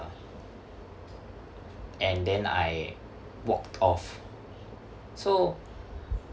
and then I walked off so